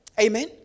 Amen